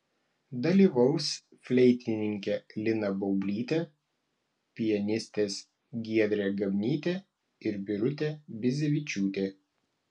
dalyvaus fleitininkė lina baublytė pianistės giedrė gabnytė ir birutė bizevičiūtė